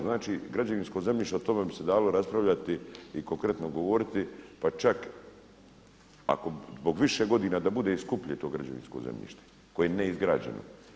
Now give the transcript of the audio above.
Znači, građevinsko zemljište o tome bi se dalo raspravljati i konkretno govoriti pa čak zbog više godina da bude i skuplje to građevinsko zemljište koje je ne neizgrađeno.